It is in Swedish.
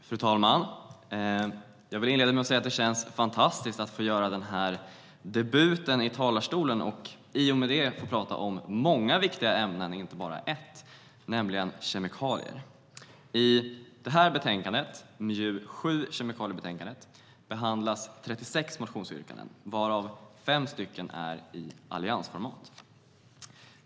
Fru talman! Det känns fantastiskt att få göra debut här i talarstolen och få tala om inte bara ett utan många viktiga ämnen, nämligen kemikalier. I detta betänkande, MJU7 Kemikaliepolitik , behandlas 36 motionsyrkanden, varav 5 är i alliansformat.